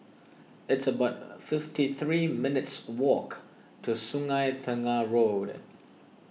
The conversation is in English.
it's about a fifty three minutes' walk to Sungei Tengah Road